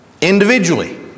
individually